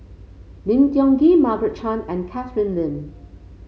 Lim Tiong Ghee Margaret Chan and Catherine Lim